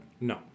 No